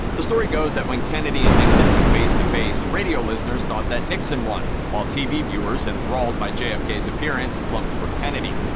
the story goes that when kennedy and nixon went face to face radio listeners thought that nixon won, while tv viewers, enthralled by jfk's appearance, plumped for kennedy.